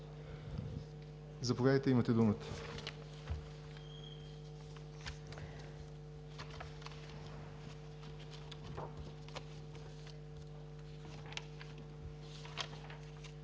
Заповядайте, имате думата.